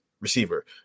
receiver